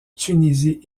tunisie